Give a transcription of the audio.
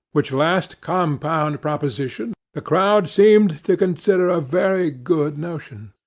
which last compound proposition the crowd seemed to consider a very good notion.